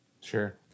Sure